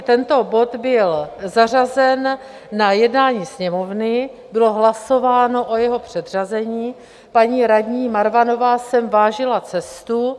Tento bod byl zařazen na jednání Sněmovny, bylo hlasováno o jeho předřazení, paní radní Marvanová sem vážila cestu.